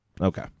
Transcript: Okay